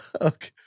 okay